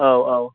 औ औ